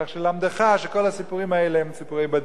כך ללמדך שכל הסיפורים האלה הם סיפורי בדים.